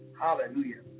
Hallelujah